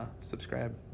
subscribe